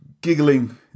giggling